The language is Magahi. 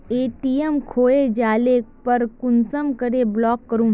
ए.टी.एम खोये जाले पर कुंसम करे ब्लॉक करूम?